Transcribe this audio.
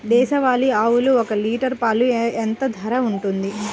దేశవాలి ఆవులు ఒక్క లీటర్ పాలు ఎంత ధర ఉంటుంది?